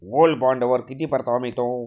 Gold बॉण्डवर किती परतावा मिळतो?